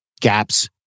gaps